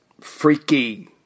freaky